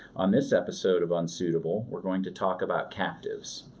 on this episode of unsuitable, we're going to talk about captives,